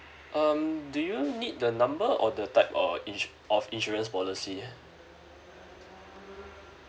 um do you need the number or the type or ins~ of insurance policy